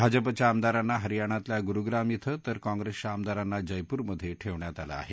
भाजपाच्या आमदारांना हरियाणातल्या गुरुप्राम क्रे तर काँग्रेसच्या आमदारांना जयपूरमधे ठेवण्यात आलं आहे